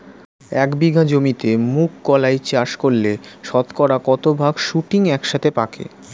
এক বিঘা জমিতে মুঘ কলাই চাষ করলে শতকরা কত ভাগ শুটিং একসাথে পাকে?